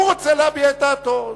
הוא רוצה להביע את דעתו.